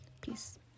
peace